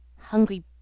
Hungry